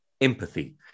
empathy